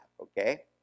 Okay